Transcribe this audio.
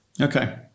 Okay